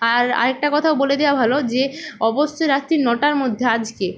আর আর একটা কথাও বলে দেওয়া ভালো যে অবশ্যই রাত্রি নটার মধ্যে আজকে